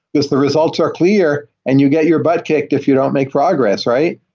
because the results are clear and you get your butt kicked if you don't make progress, right?